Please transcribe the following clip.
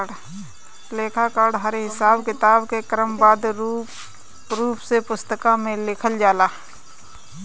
लेखाकरण हर हिसाब किताब के क्रमबद्ध रूप से पुस्तिका में लिखल जाला